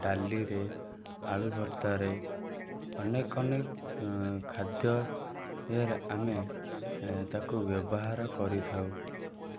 ଡାଲିରେ ଆଳୁ ଭର୍ତ୍ତାରେ ଅନେକ ଅନେକ ଖାଦ୍ୟରେ ଆମେ ତାକୁ ବ୍ୟବହାର କରିଥାଉ